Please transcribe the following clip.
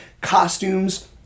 costumes